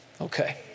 Okay